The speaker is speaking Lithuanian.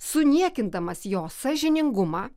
suniekindamas jo sąžiningumą